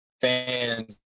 fans